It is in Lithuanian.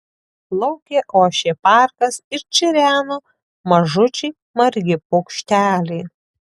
lauke ošė parkas ir čireno mažučiai margi paukšteliai